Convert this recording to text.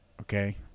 okay